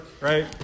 right